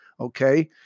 okay